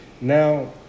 Now